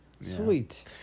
Sweet